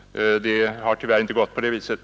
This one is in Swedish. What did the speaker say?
Det har tyvärr inte gått såsom det utlovades.